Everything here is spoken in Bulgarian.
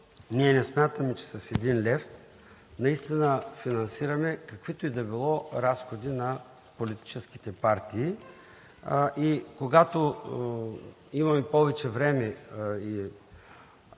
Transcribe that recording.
не смятаме, че с един лев наистина финансираме каквито и да било разходи на политическите партии. Когато имаме повече време и